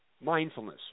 mindfulness